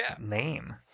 name